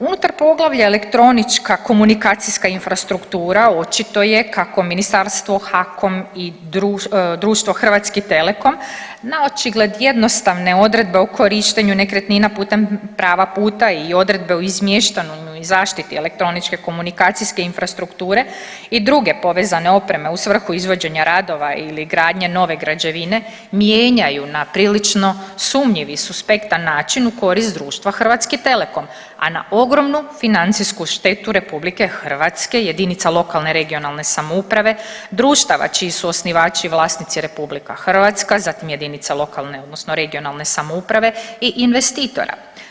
Unutar poglavlja elektronička komunikacijska infrastruktura očito je kako ministarstvo, HAKOM i društvo Hrvatski telecom naočigled jednostavne odredbe o korištenju nekretnina putem prava puta i odredbe o izmještanju i zaštiti elektroničke komunikacijske infrastrukture i druge povezane opreme u svrhu izvođenja radova ili gradnje nove građevine mijenjanju na prilično sumnjiv i suspektan način u korist društva Hrvatski telecom, a na ogromnu financijsku štetu Republike Hrvatske, jedinica lokalne, regionalne samouprave, društava čiji su osnivači vlasnica Republika Hrvatska, zatim jedinice lokalne, odnosno regionalne samouprave i investitora.